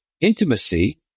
intimacy